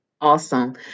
Awesome